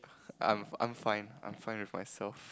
I'm I'm fine I'm fine with myself